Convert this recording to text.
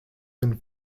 been